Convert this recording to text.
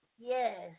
Yes